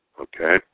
Okay